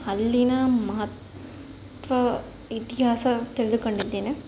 ಅಲ್ಲಿನ ಮಹತ್ವ ಇತಿಹಾಸ ತಿಳಿದುಕೊಂಡಿದ್ದೇನೆ